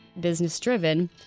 business-driven